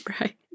Right